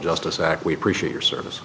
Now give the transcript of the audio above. justice act we appreciate your service